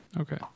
Okay